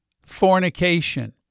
fornication